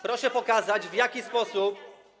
proszę pokazać, w jaki sposób.